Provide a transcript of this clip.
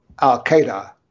al-Qaeda